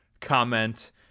comment